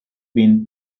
been